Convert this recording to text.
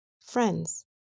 friends